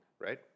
right